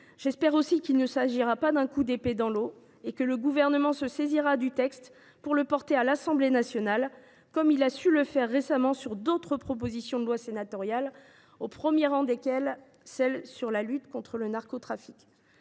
J’espère enfin qu’il ne s’agira pas d’un coup d’épée dans l’eau et que le Gouvernement se saisira du texte pour le porter à l’Assemblée nationale, comme il a su le faire récemment pour d’autres propositions de loi sénatoriales, au premier rang desquelles la proposition de loi